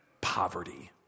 poverty